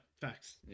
Facts